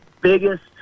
biggest